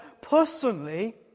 Personally